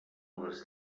les